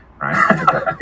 Right